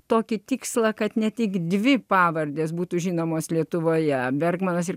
tokį tikslą kad ne tik dvi pavardės būtų žinomos lietuvoje bergmanas ir